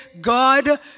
God